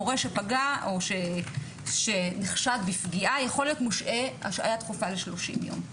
מורה שנחשד בפגיעה יכול להיות מושעה השעיה דחופה ל-30 יום.